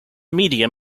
media